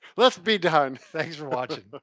let's be done. thanks for watching. but